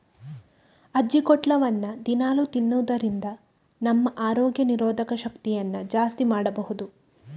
ಅಜ್ಜಿಕೊಟ್ಲವನ್ನ ದಿನಾಲೂ ತಿನ್ನುದರಿಂದ ನಮ್ಮ ರೋಗ ನಿರೋಧಕ ಶಕ್ತಿಯನ್ನ ಜಾಸ್ತಿ ಮಾಡ್ಬಹುದು